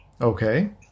Okay